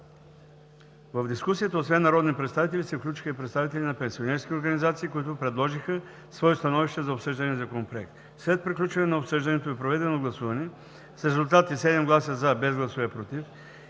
В дискусията освен народни представители се включиха и представители на пенсионерски организации, които предложиха свои становища за обсъждания законопроект. След приключване на обсъждането и проведеното гласуване с резултати: 7 гласа „за“, без „против“